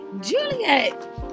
Juliet